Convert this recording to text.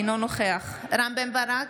אינו נוכח רם בן ברק,